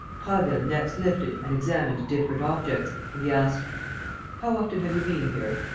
prasville next lifted and examined different objects and he asked how often have you been here?